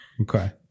Okay